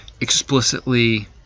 explicitly